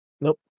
Nope